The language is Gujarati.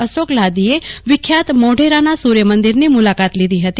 અશોક લાહીદીએ વિખ્યાત મોઢેરાના સૂર્યમંદિરની મુલાકાત લીધી હતી